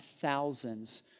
thousands